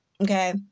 okay